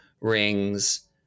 rings